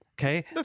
Okay